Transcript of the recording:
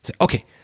Okay